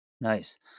Nice